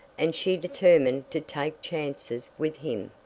and she determined to take chances with him.